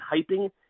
hyping